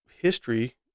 history